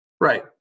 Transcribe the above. right